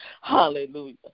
Hallelujah